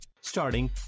Starting